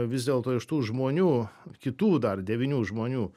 vis dėlto iš tų žmonių kitų dar devynių žmonių